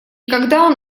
когда